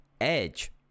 Edge